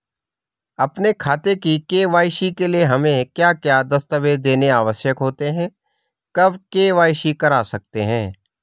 अपने खाते की के.वाई.सी के लिए हमें क्या क्या दस्तावेज़ देने आवश्यक होते हैं कब के.वाई.सी करा सकते हैं?